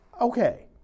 Okay